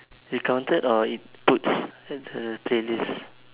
you counted or it puts at the playlist